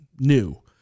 new